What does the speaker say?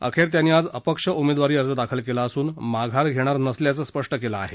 अखेर त्यांनी आज अपक्ष उमेदवारी अर्ज दाखल केला असून माघार घेणार नसल्याचं स्पष्ट केलं आहे